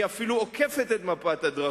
ואני קורא שהצעתה של לבני אפילו עוקפת את מפת הדרכים,